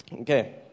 Okay